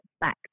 back